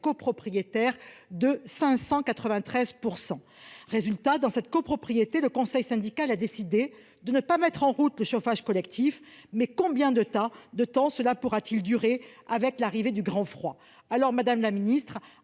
copropriétaires de 593 %! Résultat : le conseil syndical a décidé de ne pas mettre en route le chauffage collectif. Combien de temps cela pourra-t-il durer avec l'arrivée du grand froid ? Madame la ministre,